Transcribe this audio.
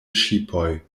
ŝipoj